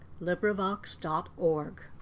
LibriVox.org